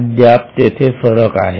अद्याप तेथे फरक आहे